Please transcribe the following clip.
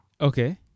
Okay